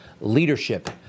leadership